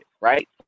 right